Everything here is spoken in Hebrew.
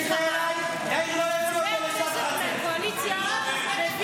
מי שיפנה אליי ------ חבר כנסת מהקואליציה